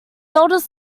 oldest